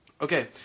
Okay